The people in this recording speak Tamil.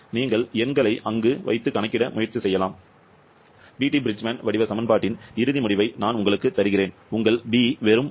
நீங்கள் எண்களை அங்கு வைத்து கணக்கிட முயற்சி செய்யலாம் பீட்டி பிரிட்ஜ்மேன் வடிவ சமன்பாட்டின் இறுதி முடிவை நான் உங்களுக்கு தருகிறேன் உங்கள் பி வெறும் 10